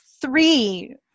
three